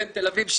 תל אביב,